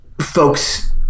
folks